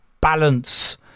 balance